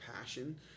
passion